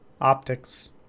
optics